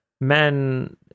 men